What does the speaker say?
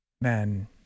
man